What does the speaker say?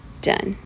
done